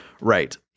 Right